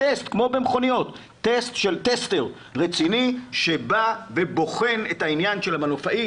כמו במכוניות טסט של טסטר רציני שבא ובוחן את העניין של המנופאי,